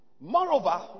moreover